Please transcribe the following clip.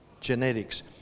genetics